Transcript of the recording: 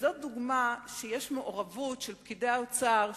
וזאת דוגמה למעורבות של פקידי האוצר,